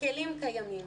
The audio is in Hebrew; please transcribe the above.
הכללים קיימים.